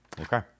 Okay